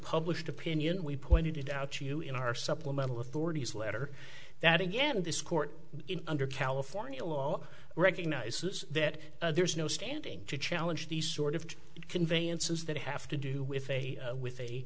published opinion we pointed out to you in our supplemental authorities letter that again this court under california law recognizes that there is no standing to challenge these sort of conveyances that have to do with a with a